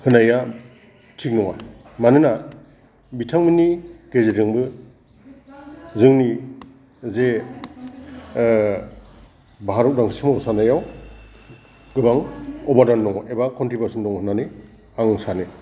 होनाया थिग नङा मानोना बिथांमोननि गेजेरजोंबो जोंनि जे भारत उदांस्रि सोमावसारनायाव गोबां उपादान दङ एबा कनट्रिबिउस'न दङ होननानै आं सानो